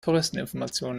touristeninformation